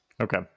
Okay